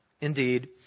indeed